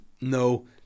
No